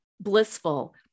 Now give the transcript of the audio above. blissful